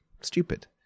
stupid